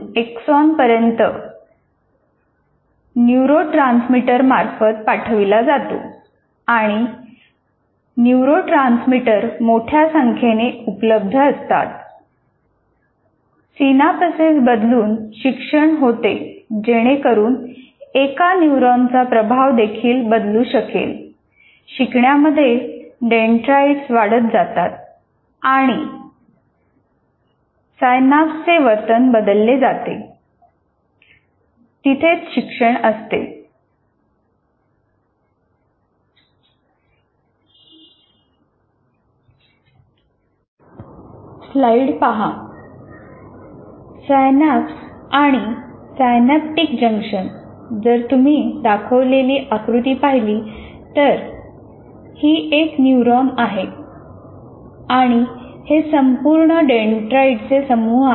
विद्युत संदेश डेंड्राइटमधून एक्सॉनपर्यंत सायनाप्स आणि सायनाप्टीक जंक्शन जर तुम्ही दाखवलेली आकृती पाहिली तर ही एक न्यूरॉन आहे आणि हे संपूर्ण डेन्ड्राइट्सचे समूह आहेत